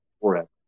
forever